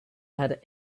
had